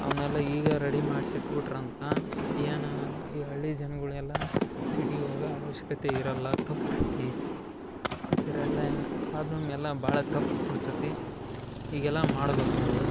ಅವ್ನೆಲ್ಲ ಈಗ ರೆಡಿ ಮಾಡ್ಸ್ ಇಟ್ಬಿಟ್ರ್ ಅಂದ್ರಾ ಏನಾ ಈ ಹಳ್ಳಿ ಜನ್ಗುಳ್ ಎಲ್ಲಾ ಸಿಟಿಗ್ ಓಗ ಅವಶ್ಕತೆ ಇರಲ್ಲ ತಪ್ತತ್ತಿ ಈ ತರ ಎಲ್ಲಾ ಪ್ರಾಬ್ಲಮ್ ಎಲ್ಲ ಬಾಳ ತಪ್ ಬಿಡ್ತತ್ತಿ ಹೀಗೆಲ್ಲ ಮಾಡ್ಬಕ್ ಅವ್ರು